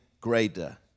greater